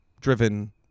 Driven